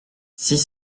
six